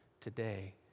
today